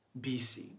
BC